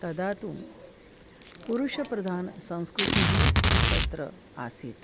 तदा तु पुरुषप्रधानसंस्कृतिः तत्र आसीत्